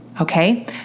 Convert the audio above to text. Okay